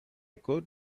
could